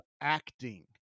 acting